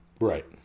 Right